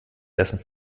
essen